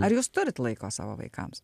ar jūs turit laiko savo vaikams